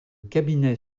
cabinet